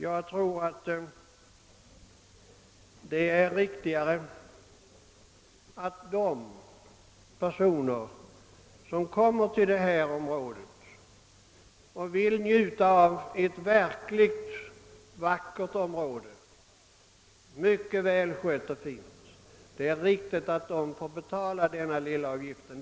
Jag tror att det är riktigare att de personer som kommer till Kullaberg och vill njuta av ett verkligt vackert, mycket välskött och fint område får betala denna lilla avgift.